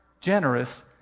generous